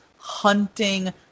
hunting